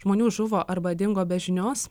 žmonių žuvo arba dingo be žinios